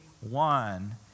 one